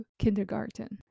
kindergarten